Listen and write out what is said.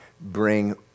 bring